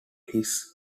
his